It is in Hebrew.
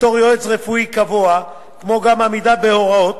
בתור יועץ רפואי קבוע, כמו גם עמידה בהוראות